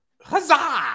huzzah